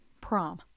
prom